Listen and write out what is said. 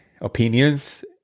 opinions